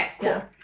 cool